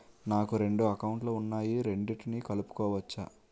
నాకు రెండు అకౌంట్ లు ఉన్నాయి రెండిటినీ కలుపుకోవచ్చా?